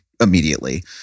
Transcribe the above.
immediately